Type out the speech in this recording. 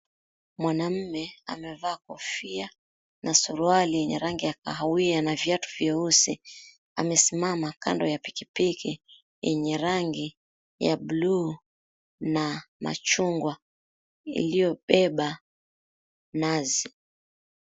Mwanamme amevaa kofia na suruali yenye rangi ya kahawia na viatu vyeusi. Amesimama kando ya pikipiki yenye rangi ya buluu na machungwa iliyobeba nazi.